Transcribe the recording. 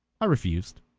i refused.